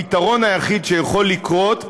הפתרון היחיד שיכול לקרות הוא